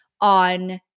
on